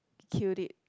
killed it